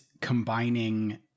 combining